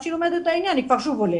שהיא לומדת את העניין היא כבר שוב הולכת.